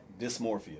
dysmorphia